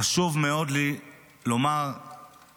חשוב לי מאוד לומר לרובי,